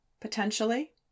potentially